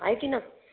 आहे की न